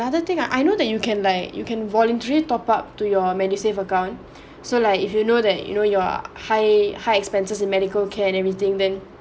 other thing ah I know that you can like you can voluntary top up to your MediSave account so like if you know that you know you're high high expenses in medical care and everything then